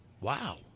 Wow